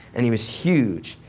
and he was huge.